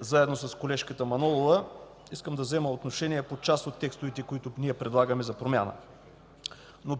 заедно с колежката Манолова искам да взема отношение по част от текстовете, които ние предлагаме за промяна.